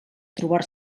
trobar